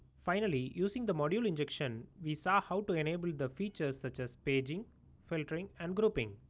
finally, using the module injection. we saw how to enable the features such as paging filtering and grouping.